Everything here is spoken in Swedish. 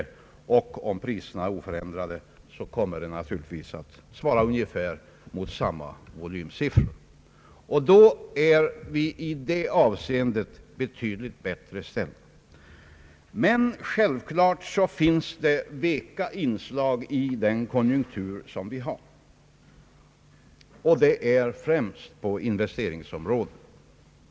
Om priserna är oförändrade svarar detta mot ungefär samma volymsiffra. I så fall är vi i detta avseende betydligt bättre ställda än tidigare. Självklart finns det dock veka inslag i den konjunktur vi har. Det gäller främst investeringsområdet.